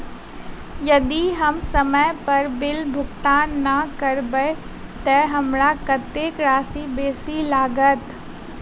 यदि हम समय पर बिल भुगतान नै करबै तऽ हमरा कत्तेक राशि बेसी लागत?